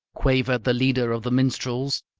quavered the leader of the minstrels.